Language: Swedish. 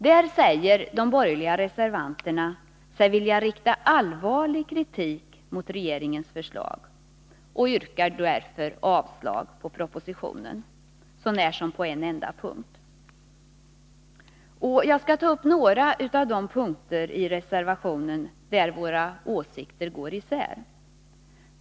Där säger de borgerliga reservanterna sig vilja rikta allvarlig kritik mot regeringens förslag och yrkar därför avslag på propositionen, så när som på en enda punkt. Jag skall ta upp några punkter i reservationen, där våra åsikter går isär.